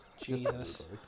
Jesus